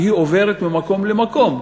שהיא עוברת ממקום למקום.